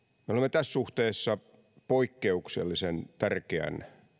tässä suhteessa tekemisissä poikkeuksellisen tärkeän